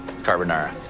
carbonara